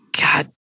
God